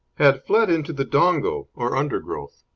had fled into the dongo, or undergrowth.